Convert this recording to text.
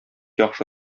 яхшы